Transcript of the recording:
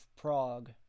Prague